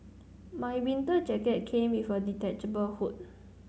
my winter jacket came with a detachable hood